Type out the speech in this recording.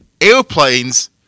airplanes